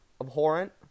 Abhorrent